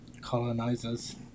colonizers